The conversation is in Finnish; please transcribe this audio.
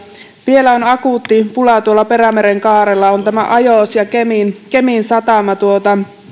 vielä on akuutti pula tuolla perämeren kaarella on tämä ajos ja kemin kemin satama se